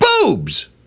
Boobs